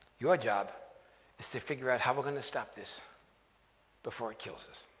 your job is to figure out how we're going to stop this before it kills us.